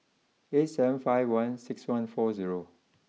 eight seven five one six one four zero